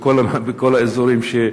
בכל האזורים שהזכרת.